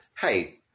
hey